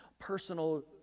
personal